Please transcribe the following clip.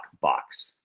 box